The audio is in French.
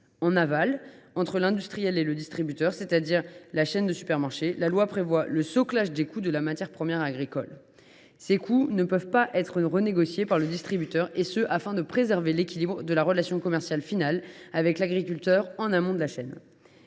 En aval, entre l’industriel et le distributeur, c’est à dire la chaîne de supermarchés, la loi prévoit le « soclage » des coûts de la matière première agricole. Ceux ci ne peuvent pas être renégociés par le distributeur, et ce afin de préserver l’équilibre de la relation commerciale finale avec l’agriculteur en amont de la chaîne.